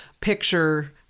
picture